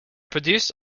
produced